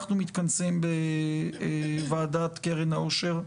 אנחנו מתכנסים בוועדת קרן העושר,